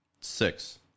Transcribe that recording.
six